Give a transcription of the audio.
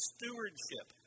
Stewardship